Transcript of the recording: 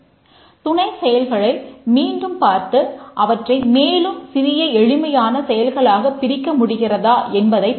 துணை செயல்களை மீண்டும் பார்த்து அவற்றை மேலும் சிறிய எளிமையான செயல்களாக பிரிக்க முடிகிறதா என்பதைப் பார்க்கவேண்டும்